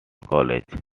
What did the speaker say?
college